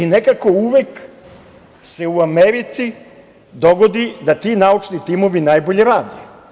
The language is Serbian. Nekako uvek se u Americi dogodi da ti naučni timovi najbolje rade.